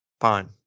Fine